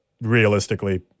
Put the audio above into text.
realistically